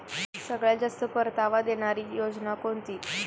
सगळ्यात जास्त परतावा देणारी योजना कोणती?